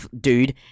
Dude